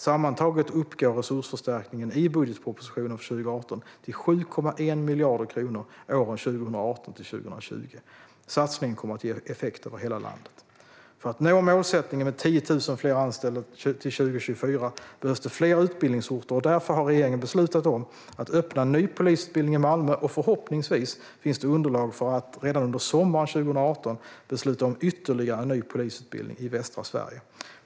Sammantaget uppgår resursförstärkningen i budgetpropositionen för 2018 till 7,1 miljarder kronor åren 2018-2020. Satsningen kommer att ge effekt över hela landet. För att nå målsättningen med 10 000 fler anställda till 2024 behövs det fler utbildningsorter. Därför har regeringen beslutat om att öppna en ny polisutbildning i Malmö. Förhoppningsvis finns det även underlag för att redan under sommaren 2018 besluta om ytterligare en ny polisutbildning i västra Sverige.